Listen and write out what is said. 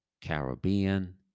Caribbean